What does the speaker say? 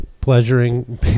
pleasuring